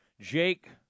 Jake